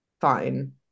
fine